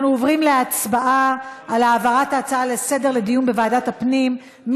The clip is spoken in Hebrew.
אנחנו עוברים להצבעה על העברת ההצעה לסדר-היום לדיון בוועדת הפנים.